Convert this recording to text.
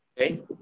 Okay